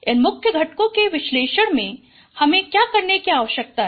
इन मुख्य घटकों के विश्लेषण में हमें क्या करने की आवश्यकता है